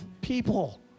people